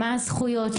מה הזכויות,